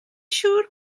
siŵr